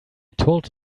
told